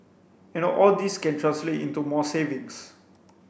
and all this can translate into more savings